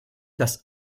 das